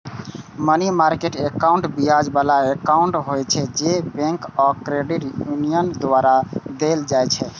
money market account ब्याज बला account होइ छै, जे बैंक आ क्रेडिट यूनियन द्वारा देल जाइ छै